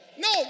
No